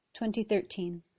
2013